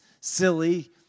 silly